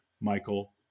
Michael